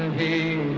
he